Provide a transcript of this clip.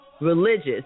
religious